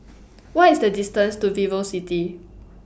What IS The distance to Vivocity